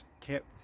kept